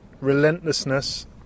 relentlessness